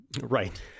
Right